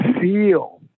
feel